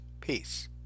Peace